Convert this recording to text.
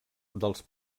dels